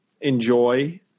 enjoy